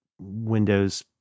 windows